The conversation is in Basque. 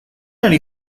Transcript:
ari